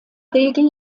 regel